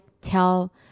tell